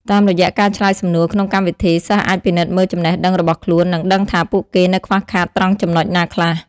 តាមរយៈការឆ្លើយសំណួរក្នុងកម្មវិធី សិស្សអាចពិនិត្យមើលចំណេះដឹងរបស់ខ្លួន និងដឹងថាពួកគេនៅខ្វះខាតត្រង់ចំណុចណាខ្លះ។